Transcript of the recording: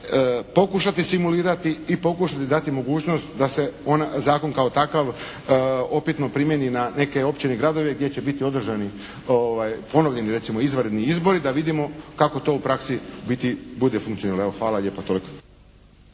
pokušati simulirati i pokušati dati mogućnost da se zakon kao takav opipno primjeni na neke općine i gradove gdje će biti održani ponovljeni recimo izvanredni izbori da vidimo kako to u praksi u biti bude funkcioniralo. Evo, hvala lijepa. Toliko.